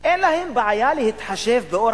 אין להם בעיה להתחשב באורח החיים,